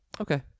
Okay